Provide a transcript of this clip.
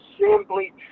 simply